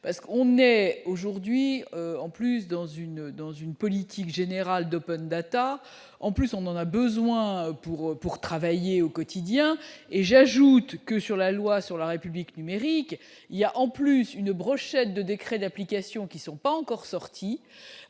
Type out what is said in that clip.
parce qu'on est aujourd'hui en plus dans une dans une politique générale d'Open Data en plus, on en a besoin pour pour travailler au quotidien et j'ajoute que sur la loi sur la République numérique il y a en plus une brochette de décrets d'application qui sont pas encore sortis,